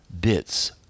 bits